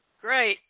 Great